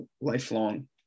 lifelong